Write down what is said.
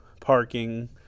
parking